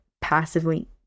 passively